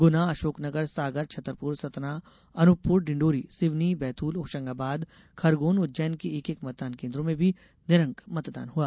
गुना अशोकनगर सागर छतरपुर सतना अनूपपुर डिंडोरी सिवनी बैतूल होशंगाबाद खरगोन उज्जैन के एक एक मतदान केन्द्रों में भी निरंक मतदान हुआ